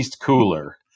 cooler